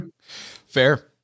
fair